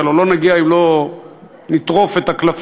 כי הלוא לא נגיע אם לא נטרוף את הקלפים,